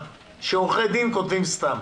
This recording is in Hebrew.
שעורכי דין כותבים סתם.